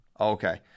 Okay